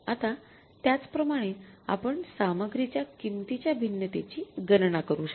आता त्याचप्रमाणे आपण सामग्रीच्या किंमतीच्या भिन्नतेची गणना करू शकता